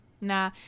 Nah